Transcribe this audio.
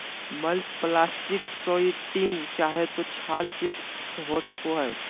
mulch plastic sheeting चाहे तो छाल चिप्स हो सको हइ